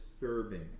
disturbing